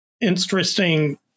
interesting